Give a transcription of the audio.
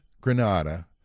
granada